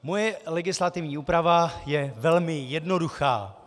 Moje legislativní úprava je velmi jednoduchá.